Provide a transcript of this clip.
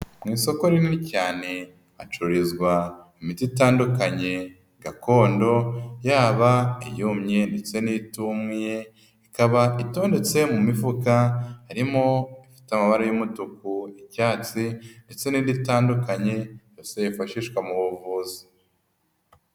Mu isoko rinini cyane, hacururizwa imiti itandukanye gakondo yaba iyomye ndetse n'itumye, ikaba itondetse mu mifuka, harimo ifite amabara y'umutuku, icyatsi ndetse n'inditandukanye yifashishwa mu buvuzi.